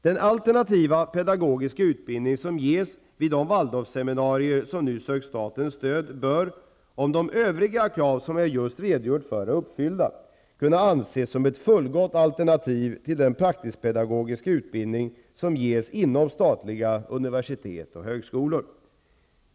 Den alternativa pedagogiska utbildning som ges vid de waldorfseminarier som nu sökt statens stöd bör, om de övriga krav som jag just redogjort för är uppfyllda, kunna anses som ett fullgott alternativ till den praktisk-pedagogiska utbildning som ges inom statliga universitet och högskolor.